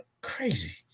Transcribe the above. Crazy